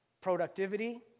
productivity